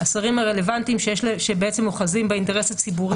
השרים הרלוונטיים שאוחזים באינטרס הציבורי.